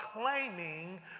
claiming